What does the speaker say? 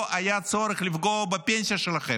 לא היה צורך לפגוע בפנסיה שלכם.